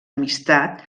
amistat